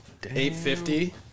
850